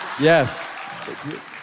yes